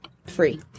Free